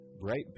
bright